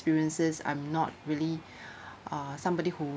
~periences I'm not really uh somebody who